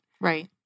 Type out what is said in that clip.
Right